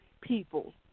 people